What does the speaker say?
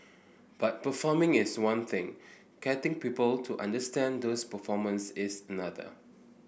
but performing is one thing getting people to understand those performance is another